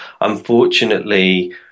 Unfortunately